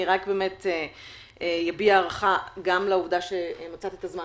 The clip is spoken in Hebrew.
רק אביע הערכה גם לעובדה שמצאת את הזמן